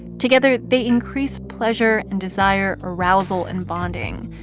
together, they increase pleasure and desire, arousal and bonding.